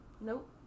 Nope